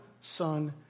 Son